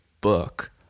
book